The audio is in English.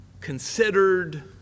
considered